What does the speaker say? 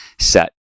set